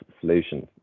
solutions